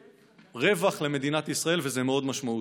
רווח למדינת ישראל, וזה מאוד משמעותי.